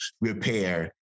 repair